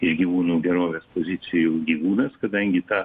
iš gyvūnų gerovės pozicijų gyvūnas kadangi ta